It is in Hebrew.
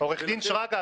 עורך דין שרגא,